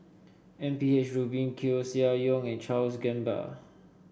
M P H Rubin Koeh Sia Yong and Charles Gamba